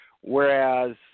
Whereas